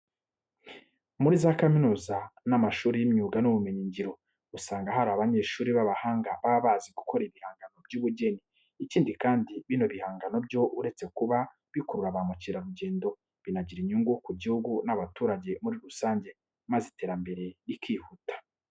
Muri za kaminuza n'amashuri y'imyuga n'ubumenyingiro, usanga haba hari abanyeshuri b'abahanga baba bazi gukora ibihangano by'ubugeni. Ikindi kandi, bino bihangano byabo uretse kuba bikurura ba mukerarugendo binagira inyungu ku gihugu n'abaturage muri rusange, maze iterambere rikihuta.